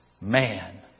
Man